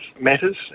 matters